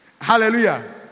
Hallelujah